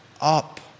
up